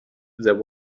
there